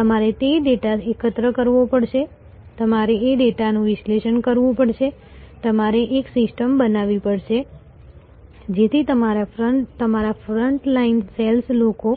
તમારે તે ડેટા એકત્ર કરવો પડશે તમારે એ ડેટાનું વિશ્લેષણ કરવું પડશે તમારે એક સિસ્ટમ બનાવવી પડશે જેથી તમારા ફ્રન્ટ લાઇન સેલ્સ લોકો